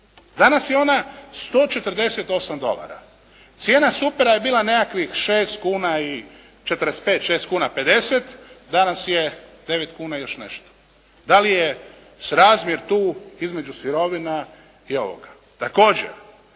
Danas je ona 148 dolara. Cijena supera je bila nekakvih 6 kuna 45, 6 kuna 50 a danas je 9 kuna i još nešto. Da li je srazmjer tu između sirovina i ovoga. Također,